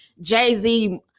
Jay-Z